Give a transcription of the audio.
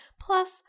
plus